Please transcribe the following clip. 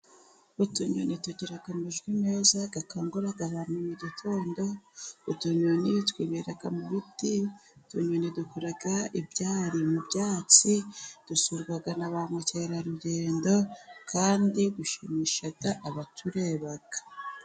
Utunyoni tugira amajwi meza akangura abantu mu gitondo. Utunyoni twibera mu biti, utunyoni dukora ibyari mu byatsi, dusurwa na ba mukerarugendo, kandi dushimisha abatureba.